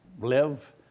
live